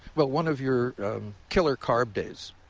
but one of your killer carb days.